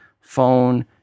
phone